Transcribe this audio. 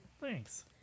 Thanks